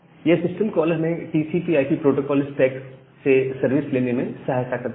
यह system call हमें TCP IP protocol stack से सर्विस लेने में सहायता करता है